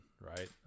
right